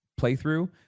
playthrough